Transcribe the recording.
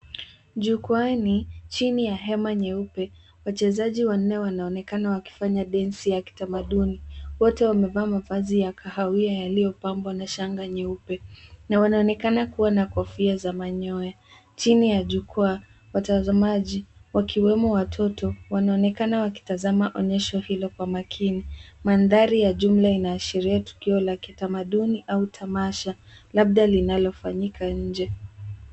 Jukwaani, chini ya hema nyeupe, wachezaji wanne wanaonekana wakifanya densi ya kitamanduni. Wote wamevaa mavazi ya kahawia yaliyopambwa na shanga nyeupe na wanaonekana kuwa na kofia za manyoya. Chini ya jukwaa, watazamaji wakiwemo watoto wanaonekana wakitazama onyesho hilo kwa makini. Mandhari ya jumla inaashiria tukio la kitamaduni au tamasha labda linalofanyika nje.